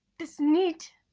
this need